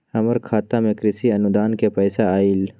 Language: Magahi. हमर खाता में कृषि अनुदान के पैसा अलई?